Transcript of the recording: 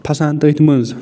پھسان تٔتھۍ منٛز